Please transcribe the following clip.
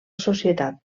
societat